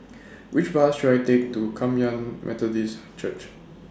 Which Bus should I Take to Kum Yan Methodist Church